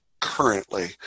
currently